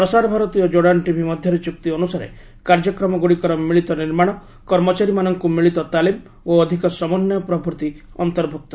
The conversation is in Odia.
ପ୍ରସାର ଭାରତୀ ଓ କୋର୍ଡ଼ାନ୍ ଟିଭି ମଧ୍ୟରେ ଚୁକ୍ତି ଅନୁସାରେ କାର୍ଯ୍ୟକ୍ରମଗୁଡ଼ିକର ମିଳିତ ନିର୍ମାଣ କର୍ମଚାରୀମାନଙ୍କୁ ମିଳିତ ତାଲିମ ଓ ଅଧିକ ସମନ୍ୱୟ ପ୍ରଭୃତି ଅନ୍ତର୍ଭୁକ୍ତ